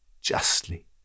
justly